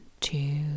two